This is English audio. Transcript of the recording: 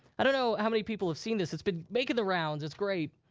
i don't know how many people have seen this. it's been making the rounds. it's great,